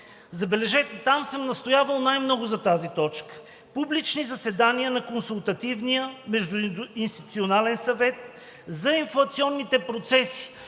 Забележете, там съм настоявал най-много за тази точка – публични заседания на Консултативния междуинституционален съвет за инфлационните процеси,